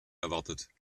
erwartet